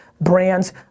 brands